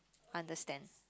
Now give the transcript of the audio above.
understand